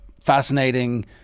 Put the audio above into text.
fascinating